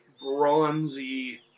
bronzy